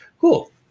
Cool